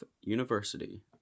University